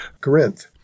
Corinth